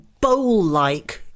bowl-like